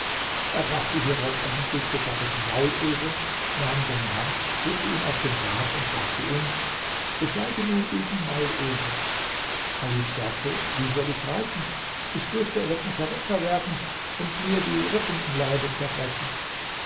er brachte hierauf einen gut gesattelten maulesel nahm seine hand führte ihn aus dem bad und sagte ihm besteige nun diesen maulesel chalif sagte wie soll ich reiten ich fürchte er wird mich herunterwerfen und mir dir rippen im leibe zerbrechen